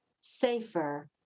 safer